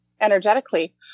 energetically